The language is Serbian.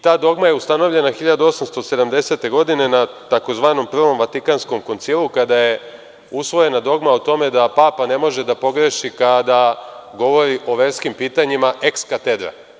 Ta dogma je ustanovljena 1870. godine, na tzv. Prvom vatikanskom koncilu, kada je usvojena dogma o tome da Papa ne može da pogreši kada govori o verskim pitanjima „eks katedra“